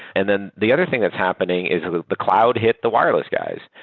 and then the other thing that's happening is the cloud hit the wireless guys.